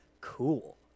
cool